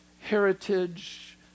heritage